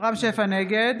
נגד